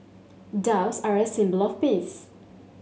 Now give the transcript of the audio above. doves are a symbol of peace